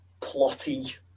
plotty